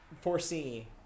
foresee